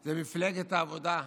הם מפלגת העבודה.